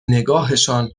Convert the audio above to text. نگاهشان